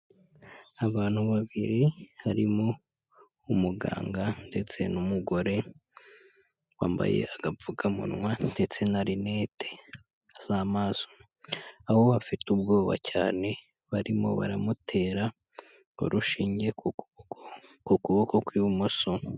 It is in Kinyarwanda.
Abantu babiri, harimo umuganga ndetse n'umugore, wambaye agapfukamunwa ndetse na rinete z'amaso, aho afite ubwoba cyane, barimo baramutera urushinge ku kuboko kw'ibumoso.